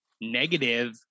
Negative